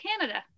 Canada